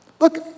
Look